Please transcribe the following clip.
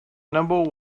number